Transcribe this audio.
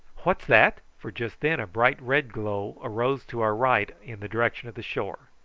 what's that? for just then a bright red glow arose to our right in the direction of the shore.